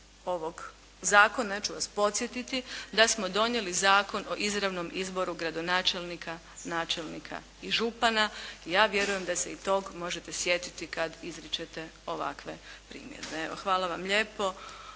ovog zakona ja ću vas podsjetiti da smo donijeli zakon o izravnom izboru gradonačelnika, načelnika i župana i ja vjerujem da se i tog možete sjetiti kad izričete ovakve primjedbe. Evo, hvala vam lijepo